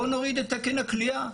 בואו נוריד את תקן הכליאה'.